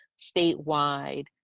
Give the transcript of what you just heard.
statewide